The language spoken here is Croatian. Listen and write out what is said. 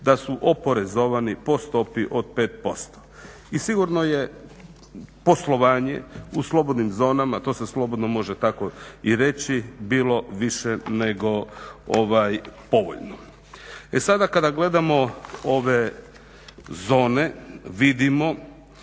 da su oporezovani po stopi od 5%. I sigurno je poslovanje u slobodnim zonama, to se slobodno može tako i reći, bilo više nego povoljno. E sada kada gledamo ove zone vidimo